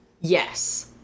Yes